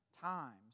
times